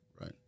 Right